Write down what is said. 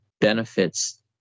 benefits